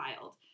wild